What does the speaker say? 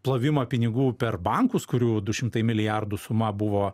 plovimą pinigų per bankus kurių du šimtai milijardų suma buvo